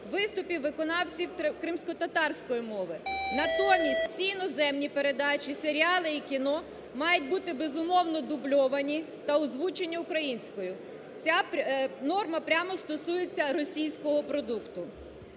виступів виконавців кримськотатарської мови. Натомість всі іноземні передачі, серіали і кіно мають бути, безумовно, дубльовані та озвучені українською. Ця норма прямо стосується російського продукту.